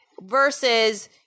Versus